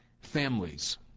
families